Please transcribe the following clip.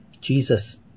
Jesus